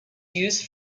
used